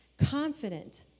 confident